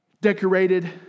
decorated